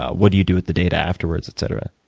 ah what do you do with the data afterwards, etc?